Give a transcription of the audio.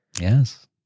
Yes